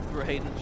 Great